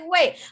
wait